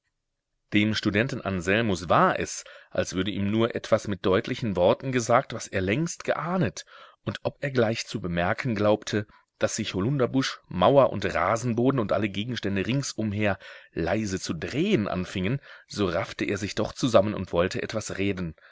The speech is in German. dem studenten anselmus war es als würde ihm nur etwas mit deutlichen worten gesagt was er längst geahnet und ob er gleich zu bemerken glaubte daß sich holunderbusch mauer und rasenboden und alle gegenstände rings umher leise zu drehen anfingen so raffte er sich doch zusammen und wollte etwas reden